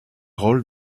rôle